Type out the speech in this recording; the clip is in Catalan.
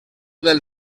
del